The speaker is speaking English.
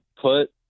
put